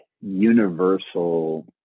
universal